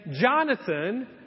Jonathan